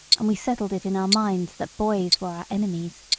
and we settled it in our minds that boys were our enemies.